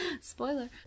Spoiler